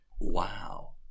Wow